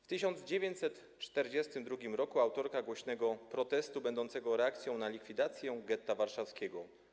W 1942 r. była autorką głośnego protestu będącego reakcją na likwidację getta warszawskiego.